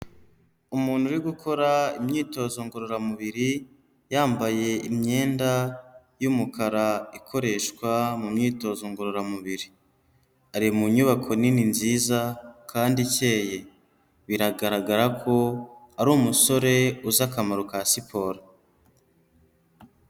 Umuntu uri gukora imyitozo ngororamubiri, yambaye imyenda y'umukara ikoreshwa mu myitozo ngororamubiri, ari mu nyubako nini nziza kandi ikeye, biragaragara ko ari umusore uzi akamaro ka siporo.